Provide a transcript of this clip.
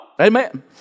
Amen